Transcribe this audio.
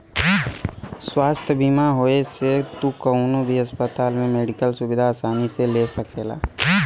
स्वास्थ्य बीमा होये से तू कउनो भी अस्पताल में मेडिकल सुविधा आसानी से ले सकला